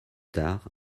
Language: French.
tard